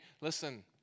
listen